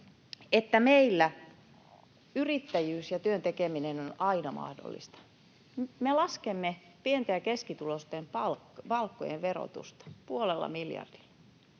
että meillä yrittäjyys ja työn tekeminen on aina mahdollista. Me laskemme pienten ja keskituloisten palkkojen verotusta puolella miljardilla.